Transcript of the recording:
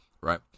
right